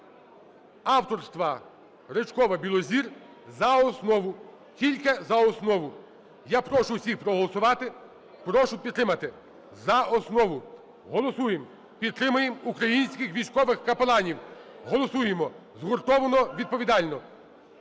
авторства Ричкова, Білозір за основу. Тільки за основу. Я прошу усіх проголосувати. Прошу підтримати за основу. Голосуєм. Підтримаєм українських військових капеланів. Голосуємо згуртовано, відповідально.